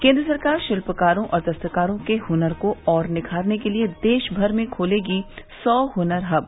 केन्द्र सरकार शिल्पकारों और दस्तकारों के हुनर को और निखारने के लिये देश भर में खोलेगी सौ हुनर हब